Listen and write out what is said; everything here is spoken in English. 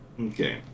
Okay